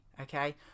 okay